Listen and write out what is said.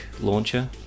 launcher